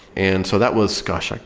and so that was gosh,